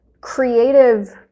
creative